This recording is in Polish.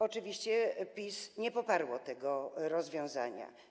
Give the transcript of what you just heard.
Oczywiście PiS nie poparło tego rozwiązania.